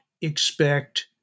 expect